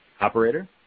Operator